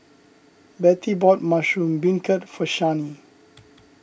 Betty bought Mushroom Beancurd for Shani